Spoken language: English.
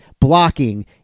blocking